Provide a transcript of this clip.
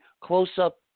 close-up